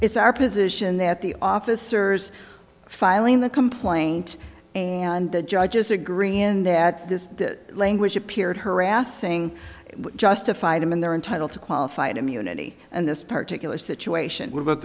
it's our position that the officers filing the complaint and the judges agreeing that this language appeared harassing justified in their entitle to qualified immunity in this particular situation were about